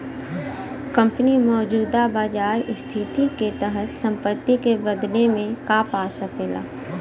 company मौजूदा बाजार स्थिति के तहत संपत्ति के बदले में का पा सकला